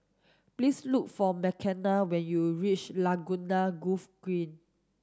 please look for Makenna when you reach Laguna Golf Green